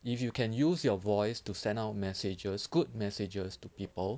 if you can use your voice to send out messages good messages to people